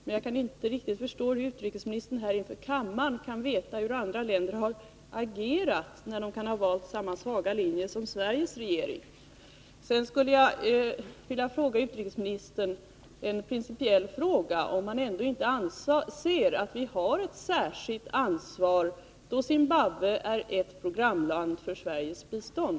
Men jag kan inte riktigt förstå hur utrikesministern här inför kammaren kan veta hur andra länder har agerat, när de kan ha valt samma svaga linje som Sveriges regering. Sedan skulle jag vilja ställa en principiell fråga till utrikesministern. Jag undrar om han ändå inte anser att vi har ett särskilt ansvar, då Zimbabwe är ett programland för Sveriges bistånd.